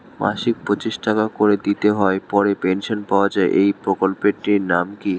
মাসিক পঁচিশ টাকা করে দিতে হয় পরে পেনশন পাওয়া যায় এই প্রকল্পে টির নাম কি?